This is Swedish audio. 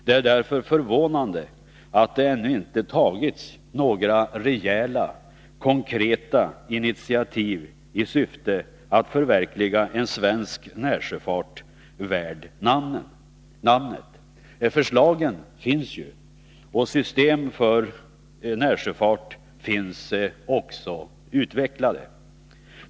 Det är därför förvånande att det ännu inte har tagits några rejäla konkreta initiativ i syfte att förverkliga en svensk närsjöfart värd namnet. Förslag finns ju, och system för närsjöfart är utvecklade.